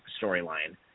storyline